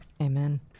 Amen